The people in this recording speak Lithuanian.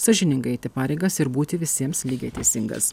sąžiningai eiti pareigas ir būti visiems lygiai teisingas